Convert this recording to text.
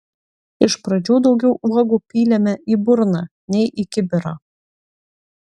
iš pradžių daugiau uogų pylėme į burną nei į kibirą